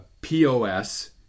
POS